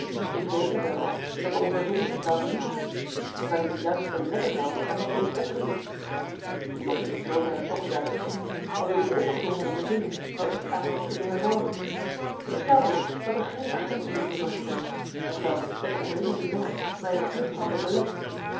ik rekende er op dat de ondervinding m zou vernietigen terwijl i me juist beletten zou ondervinding op te doen nu was dit in zooverre toch juist gezien als ook een opgedrongen ondervinding wel iets aan me had kunnen hervormen gesteld eens dat er geen agent in de buurt was geweest of wel dat de omringende jongens mij het vluchten hadden belet